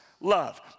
Love